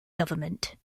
government